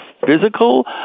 physical